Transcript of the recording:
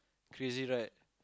crazy right